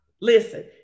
Listen